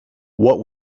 what